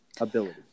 ability